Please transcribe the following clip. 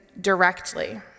directly